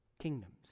kingdoms